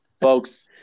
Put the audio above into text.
Folks